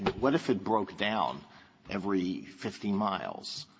what if it broke down every fifty miles?